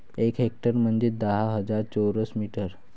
एक हेक्टर म्हंजे दहा हजार चौरस मीटर